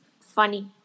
funny